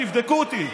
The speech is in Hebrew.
תבדקו אותי,